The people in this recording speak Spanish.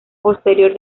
posterior